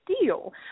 deal